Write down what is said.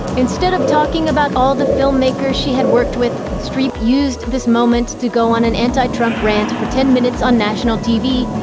instead of talking about all the filmmakers she had worked with, streep used this moment to go on an anti-trump rant for ten minutes on national tv.